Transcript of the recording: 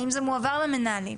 האם זה מועבר למנהלים.